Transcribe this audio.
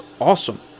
awesome